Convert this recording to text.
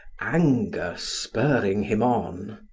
anger spurring him on.